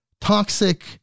toxic